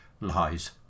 lies